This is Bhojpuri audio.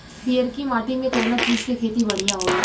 पियरकी माटी मे कउना चीज़ के खेती बढ़ियां होई?